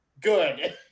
Good